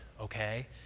okay